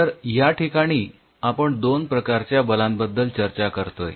तर याठिकाणी आपण दोन प्रकारच्या बलांबद्दल चर्चा करतोय